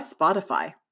Spotify